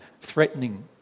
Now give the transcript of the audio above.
threatening